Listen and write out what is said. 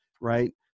right